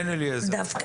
גם הצבא,